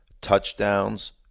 touchdowns